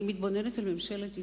אני מתבוננת על ממשלת ישראל,